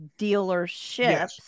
dealerships